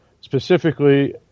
specifically